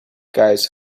guys